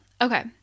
okay